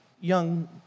young